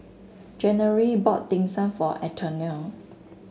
January bought Dim Sum for Antonia